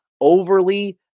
overly